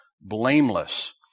blameless